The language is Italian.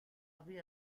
aprì